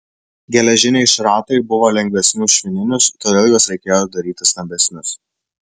geležiniai šratai buvo lengvesni už švininius todėl juos reikėjo daryti stambesnius